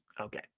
Okay